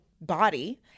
body